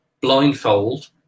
blindfold